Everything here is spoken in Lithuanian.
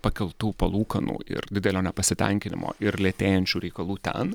pakeltų palūkanų ir didelio nepasitenkinimo ir lėtėjančių reikalų ten